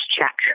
check